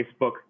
Facebook